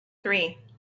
three